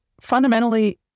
fundamentally